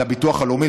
לביטוח הלאומי,